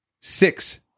six